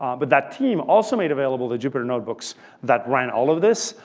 um but that team also made available the jupyter notebooks that ran all of this.